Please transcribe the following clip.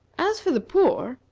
as for the poor,